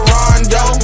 Rondo